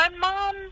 mom